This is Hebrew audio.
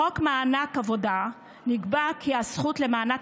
בחוק מענק עבודה נקבע כי הזכות למענק